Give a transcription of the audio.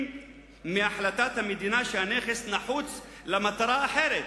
מהחלטת המדינה שהנכס נחוץ למטרה אחרת.